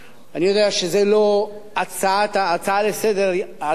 אני יודע שזה לא ההצעה לסדר-היום עצמה,